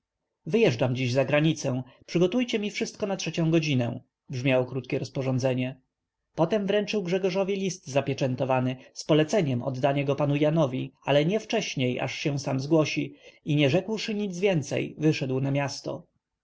wyjeżdżam dziś za granicę przygotujcie mi wszystko na trzecią godzinę brzmiało krótkie rozporządzenie potem wręczył grzegorzowi list zapieczętowany z poleceniem oddania go panu janowi ale nie wcześniej aż się sam zgłosi i nie rzekłszy nic więcej wyszedł na miasto